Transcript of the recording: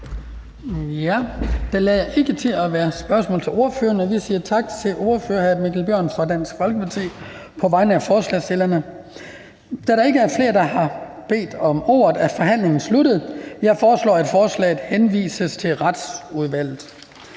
Det lader ikke til, at der er spørgsmål til ordføreren, så vi siger tak til ordføreren, hr. Mikkel Bjørn fra Dansk Folkeparti, der talte på vegne af forslagsstillerne. Da der ikke er flere, der har bedt om ordet, er forhandlingen sluttet. Jeg foreslår, at forslaget til folketingsbeslutning